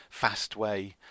Fastway